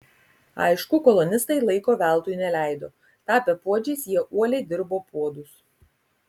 aišku kolonistai laiko veltui neleido tapę puodžiais jie uoliai dirbo puodus